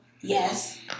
Yes